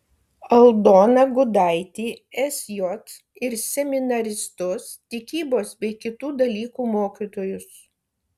aldoną gudaitį sj ir seminaristus tikybos bei kitų dalykų mokytojus